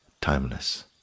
timeless